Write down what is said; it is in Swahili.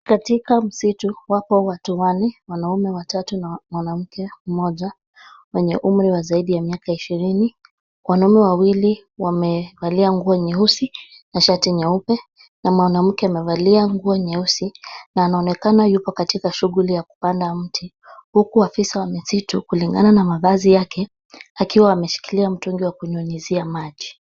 Katika msitu, wapo watu wanne, wanaume watatu na mwanamke mmoja mwenye umri wa zaidi ya ishirini. Wanaume wawili wamevalia nguo nyeusi na shati nyeupe na mwanamke amevalia nguo nyeusi na anaonekana yuko katika shughuli ya kupanda mti, huku afisa wa misitu kulingana na mavazi yake akiwa ameshikilia mtungi wa kunyunyuzia maji.